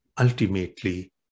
ultimately